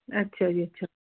ਅੱਛਾ ਜੀ ਅੱਛਾ